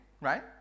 right